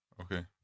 Okay